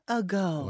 ago